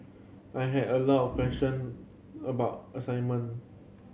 I had a lot of question about assignment